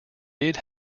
did